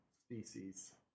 species